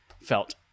felt